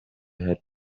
had